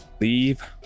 Leave